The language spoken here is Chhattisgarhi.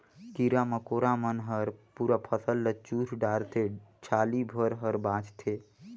कीरा मकोरा मन हर पूरा फसल ल चुस डारथे छाली भर हर बाचथे